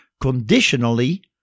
conditionally